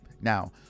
Now